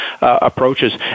approaches